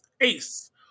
ace